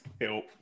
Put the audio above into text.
Help